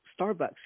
Starbucks